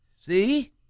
See